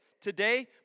today